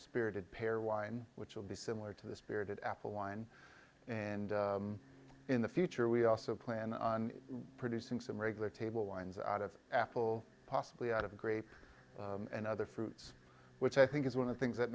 spirited pear wine which will be similar to the spirited apple wine and in the future we also plan on producing some regular table wines out of apple possibly out of grape and other fruits which i think is one of the things that